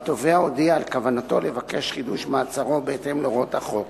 והתובע הודיע על כוונתו לבקש חידוש מעצרו בהתאם להוראות החוק.